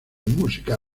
música